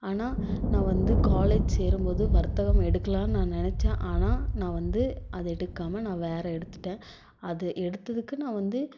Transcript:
ஆனால் நான் வந்து காலேஜ் சேரும்போது வர்த்தகம் எடுக்கலான்னு நான் நினைச்சேன் ஆனால் நான் வந்து அதை எடுக்காமல் நான் வேறு எடுத்துவிட்டேன் அது எடுத்ததுக்கு நான் வந்து